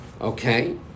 Okay